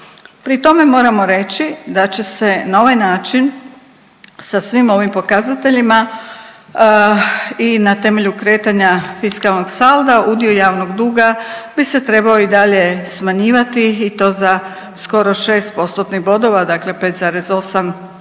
Pri tome moramo reći da će se na ovaj način sa svim ovim pokazateljima i na temelju kretanja fiskalnog salda udio javnog duga bi se trebao i dalje smanjivati i to za skoro 6%-tnih bodova, dakle